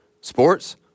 Sports